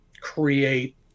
create